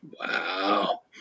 Wow